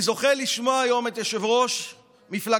אני זוכה לשמוע היום את יושב-ראש מפלגתך,